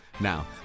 Now